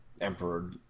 Emperor